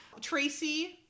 Tracy